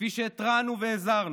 כפי שהתרענו והזהרנו,